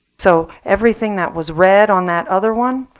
so everything that was red on that other one,